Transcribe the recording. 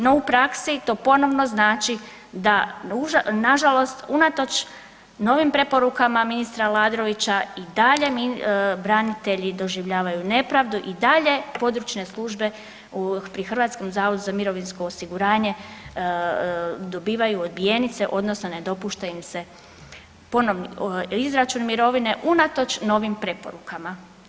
No u praksi to ponovno znači da na žalost unatoč novim preporukama ministra Aladrovića i dalje branitelji doživljavaju nepravdu, i dalje područne službe pri Hrvatskom zavodu za mirovinsko osiguranje dobivaju odbijenice odnosno ne dopušta im ponovni izračun mirovine unatoč novim preporukama.